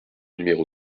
numéro